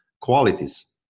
qualities